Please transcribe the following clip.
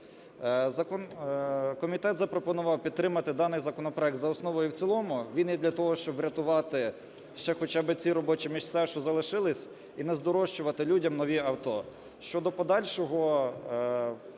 Комітет запропонував підтримати даний законопроект за основу і в цілому. Він йде для того, щоб хоча б врятувати ще хоча б ці робочі місця, що залишились, і не здорожчувати людям нові авто. Щодо подальшого